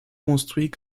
construit